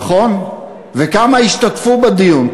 נכון, וכמה השתתפו בדיון?